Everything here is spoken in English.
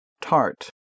Tart